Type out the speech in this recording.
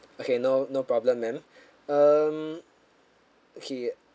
okay no no problem ma'am um okay